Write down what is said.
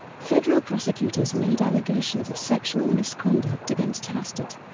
federal prosecutors made allegations of sexual misconduct against hastert,